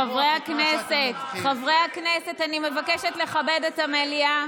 חברי הכנסת, אני מבקשת לכבד את המליאה.